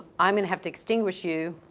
i'm gonna have to extinguish you.